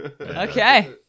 okay